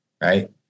Right